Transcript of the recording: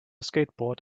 skateboard